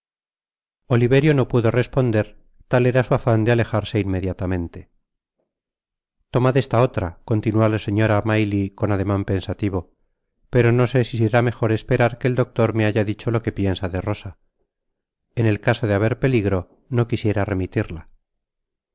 oliverio no pudo responder tal era su afan de alejarse inmediatamente tomad esta otra continuó la señora maytie con ademan pensativo pero no sé si será mejor esperar que el doctor me haya dicho lo que piensa de llosa en el caso de haber peligro no quisiera remitirla